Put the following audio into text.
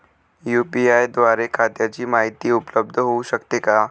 UPI द्वारे खात्याची माहिती उपलब्ध होऊ शकते का?